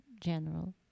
general